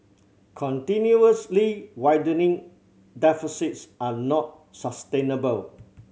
continuously widening deficits are not sustainable